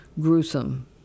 gruesome